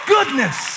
Goodness